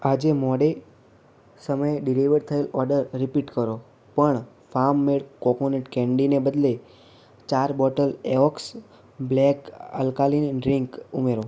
આજે મોડે સમયે ડિલિવર થયેલ ઓડર રીપીટ કરો પણ ફાર્મ મેડ કોકોનટ કેન્ડીને બદલે ચાર bottle Evocus black alkaline drink ઉમેરો